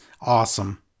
Awesome